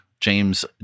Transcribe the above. James